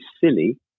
silly